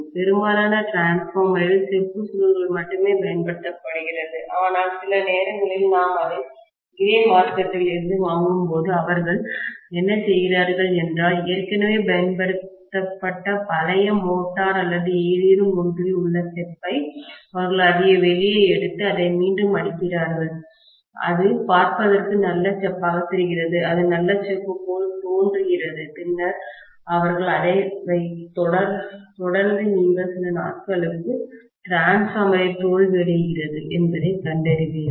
பெரும்பாலான டிரான்ஸ்பார்மரில் செப்பு சுருள்கள் மட்டுமே பயன்படுத்தப்படுகிறது ஆனால் சில நேரங்களில் நாம் அதை கிரே மார்க்கெட்டில் இருந்து வாங்கும்போது அவர்கள் என்ன செய்கிறார்கள் என்றால் ஏற்கனவே பயன்படுத்தப்பட்ட பழைய மோட்டார் அல்லது ஏதேனும் ஒன்றில் உள்ள செப்பை அவர்கள் அதை வெளியே எடுத்து அதை மீண்டும் அடிக்கிறார்கள் அது பார்ப்பதற்கு நல்ல செப்பாகத் தெரிகிறது அது நல்ல செப்பு போல் தோன்றுகிறது பின்னர் அவர்கள் அதை வைத்து தொடர்ந்து நீங்கள் சில நாட்களுக்குள் டிரான்ஸ்பார்மர் தோல்வியடைகிறது என்பதைக் கண்டறிவீர்கள்